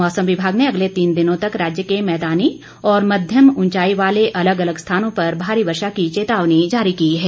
मौसम विमाग ने अगले तीन दिनों तक राज्य के मैदानी और मध्यम उंचाई वाले अलग अलग स्थानों पर भारी वर्षा की चेतावनी जारी की है